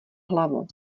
hlavu